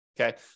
okay